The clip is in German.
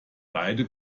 beiden